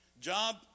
Job